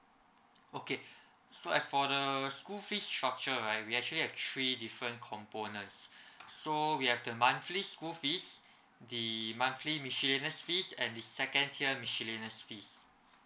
okay so as for the school fees structure right we actually have three different components so we have the monthly school fees the monthly miscellaneous fees and the second tier miscellaneous fees